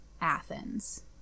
Athens